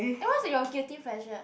then what's your guilty pleasure